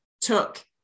took